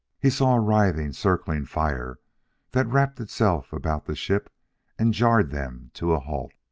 he saw a writhing, circling fire that wrapped itself about the ship and jarred them to a halt.